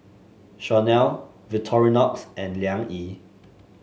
Chomel Victorinox and Liang Yi